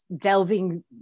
delving